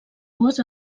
dues